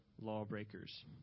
lawbreakers